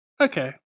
Okay